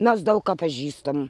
mes daug ką pažįstam